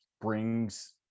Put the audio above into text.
brings